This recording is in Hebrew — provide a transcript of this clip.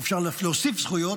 ואפשר להוסיף זכויות,